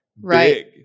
right